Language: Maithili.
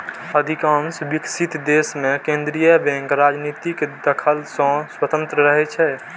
अधिकांश विकसित देश मे केंद्रीय बैंक राजनीतिक दखल सं स्वतंत्र रहै छै